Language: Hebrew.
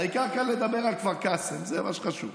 העיקר, קל לדבר על כפר קאסם, זה מה שחשוב.